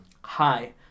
Hi